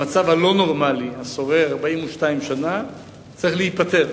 המצב הלא-נורמלי השורר 42 שנה צריך להיפתר,